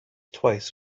twice